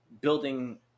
building